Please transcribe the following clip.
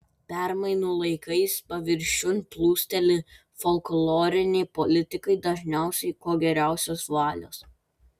permainų laikais paviršiun plūsteli folkloriniai politikai dažniausiai kuo geriausios valios